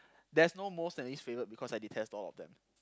there's no most and least favourite because I detest all of them